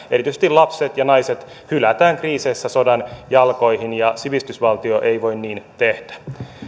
erityisesti lapset ja naiset hylätään kriiseissä sodan jalkoihin ja sivistysvaltio ei voi niin tehdä